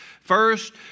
First